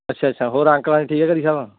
ਅੱਛਾ ਅੱਛਾ ਹੋਰ ਅੰਕਲ ਆਂਟੀ ਠੀਕ ਹੈ ਘਰ ਸਭ